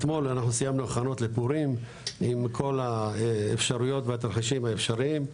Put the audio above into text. אתמול אנחנו סיימנו הכנות לפורים עם כל האפשרויות והתרחישים האפשריים.